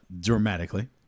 dramatically